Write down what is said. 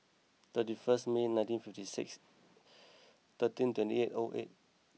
thirty first May nineteen fifty six thirteen twenty eight O eight